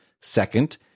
Second